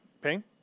Ping